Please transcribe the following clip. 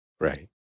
Right